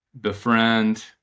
befriend